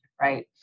right